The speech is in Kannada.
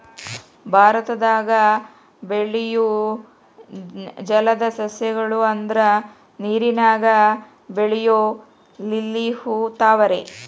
ಭಾರತದಾಗ ಬೆಳಿಯು ಜಲದ ಸಸ್ಯ ಗಳು ಅಂದ್ರ ನೇರಿನಾಗ ಬೆಳಿಯು ಲಿಲ್ಲಿ ಹೂ, ತಾವರೆ